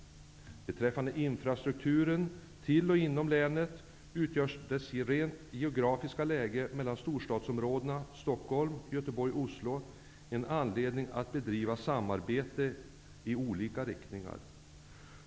Beträffande infrastrukturen inom länet ger det geografiska läget mellan storstadsområdena Stockholm, Göteborg och Oslo en anledning att bedriva samarbete i olika riktningar.